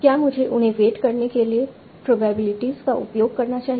क्या मुझे उन्हें वेट करने के लिए प्रोबेबिलिटिज का उपयोग करना चाहिए